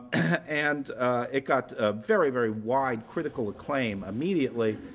and it got ah very, very wide critical acclaim immediately